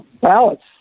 ballots